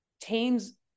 teams